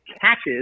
catches